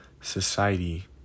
society